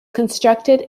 constructed